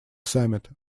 саммит